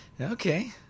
okay